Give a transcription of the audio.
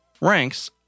ranks